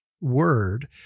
word